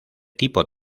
tipo